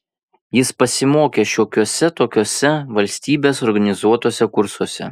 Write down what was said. jis pasimokė šiokiuose tokiuose valstybės organizuotuose kursuose